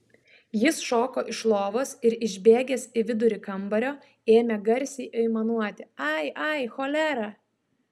jis šoko iš lovos ir išbėgęs į vidurį kambario ėmė garsiai aimanuoti ai ai cholera